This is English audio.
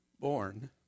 born